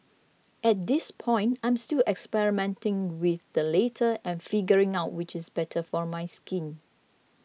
at this point I'm still experimenting with the later and figuring out which is better for my skin